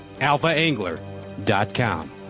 alphaangler.com